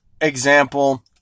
example